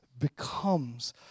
Becomes